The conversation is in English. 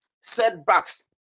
setbacks